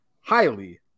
Highly